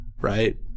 Right